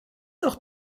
auch